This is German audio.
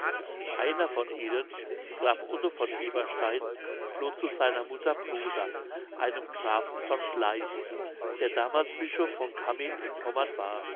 einer von ihnen graf otto von eberstein floh zu seiner mutter bruder einem grafen von gleichen der damals bischof von cammin in pommern war